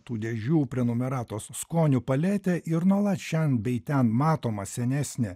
tų dėžių prenumeratos skonių paletę ir nuolat šen bei ten matomą senesnę